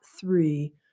three